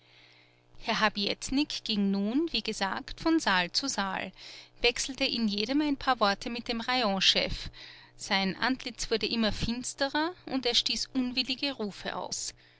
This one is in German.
herr habietnik ging nun wie gesagt von saal zu saal wechselte in jedem ein paar worte mit dem rayonchef sein antlitz wurde immer finsterer und er stieß unwillige rufe aus